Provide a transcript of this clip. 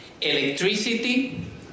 electricity